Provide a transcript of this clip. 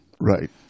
Right